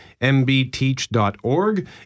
mbteach.org